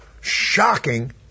shocking